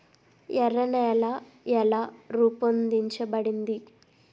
ఎర్ర నేల ఎలా రూపొందించబడింది?